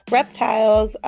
Reptiles